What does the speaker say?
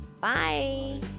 Bye